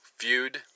viewed